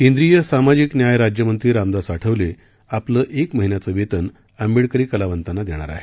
केंद्रीय सामाजिक न्याय राज्यमंत्री रामदास आठवले आपलं एक महिन्याचं वेतन आंबेडकरी कलावंतांना देणार आहेत